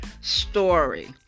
story